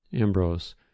Ambrose